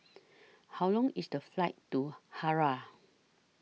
How Long IS The Flight to Harare